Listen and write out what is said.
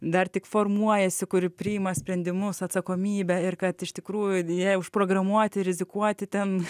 dar tik formuojasi kuri priima sprendimus atsakomybė ir kad iš tikrųjų jie užprogramuoti rizikuoti ten